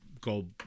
go